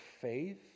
faith